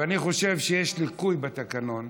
ואני חושב שיש ליקוי בתקנון,